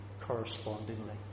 correspondingly